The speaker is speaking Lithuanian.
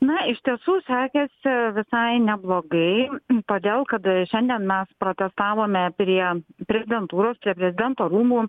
na iš tiesų sekėsi visai neblogai todėl kad šiandien mes protestavome prie prezidentūros prie prezidento rūmų